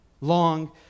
long